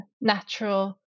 natural